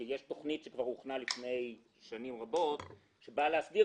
כי יש תוכנית שהוכנה כבר לפני שנים רבות שבאה להסדיר